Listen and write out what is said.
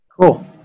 Cool